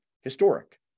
historic